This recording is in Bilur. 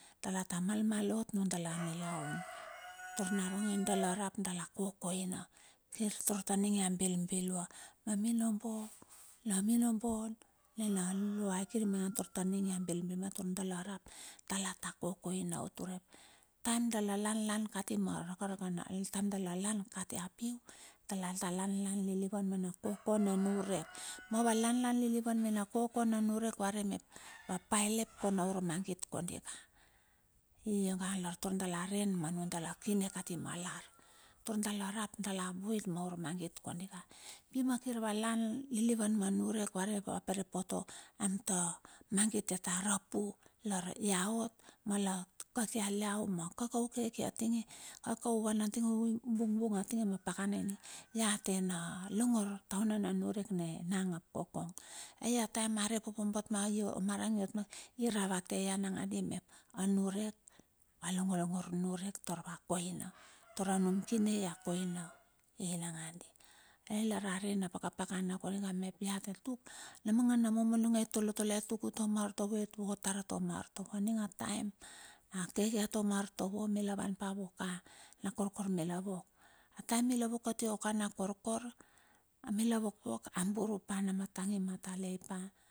Dala ta malmal ot nudala nilaun tar naronge, dala rap dala kokoina. Kir tar taning ia bilbilua. na minombo nina luluai kiri maingan taur taning ia bilbilua, imaingan taur dala rap, dala ta kokoina ot urep, taim dala lan kati apiu, dala ta lanlan lilivan mena koko na niurek. nana ma lanlan lilivan mena koko na niurek, va re mep va paelep kan na urmagit kondika. I ionga tar dala ren manu dala kine kati malar, tur dala rap dala muit na ur mangit kondika. Pina kir va lan lilivan ma niurek, vare vat pere poto am ta mangit ia ta rap u lar ia ot, ma la kasial iau ma kaka u keke a tinge, kaka van atinge, u bungbung atinge ma pakana ininge, iau tena longor taune na niurek ne nang ap kokong. Ai ataem a ropope bot ma omarang iot ma kiking. iravate ia nangadi mep, anurek, walongo longor nurek tar va koina, tar num kine ia koina inangandi. Ai lar a re na paka pakana kondika mep ia te tut na manga na momonong ai tolotoloi ia tuk utua ma artovo iot vot tar atua ma artovo. Aninga taem a keke ma artovo mila wan pa wuoka, nakorkor mila wok, ataem mila wok a tia ka nakorkor, mila wokwok, amburu pa, namatang imatale.